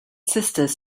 sisters